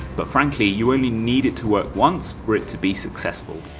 but frankly you only need it to work once for it to be successful.